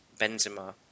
Benzema